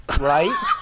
right